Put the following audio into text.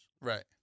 Right